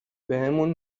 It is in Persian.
بهمون